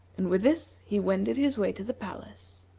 and with this he wended his way to the palace.